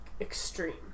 extreme